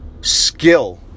skill